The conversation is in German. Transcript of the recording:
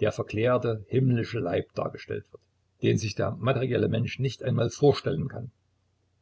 der verklärte himmlische leib dargestellt wird den sich der materielle mensch nicht einmal vorstellen kann